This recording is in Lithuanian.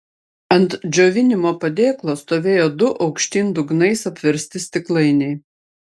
ant džiovinimo padėklo stovėjo du aukštyn dugnais apversti stiklainiai